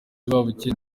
babukereye